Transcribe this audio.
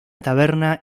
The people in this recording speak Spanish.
taberna